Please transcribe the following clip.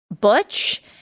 butch